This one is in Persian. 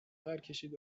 پرکشید